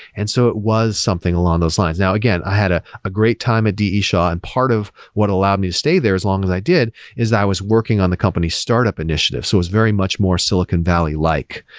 and so it was something along those lines. now, again, i had a ah great time at d e. shaw, and part of what allowed me to stay there as long as i did is that i was working on the company's startup initiatives. so it was very much more silicon valley like.